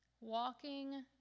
walking